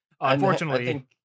Unfortunately